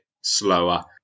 slower